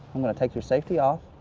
i'm gonna take your safety off.